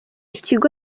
kigo